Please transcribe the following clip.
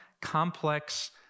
complex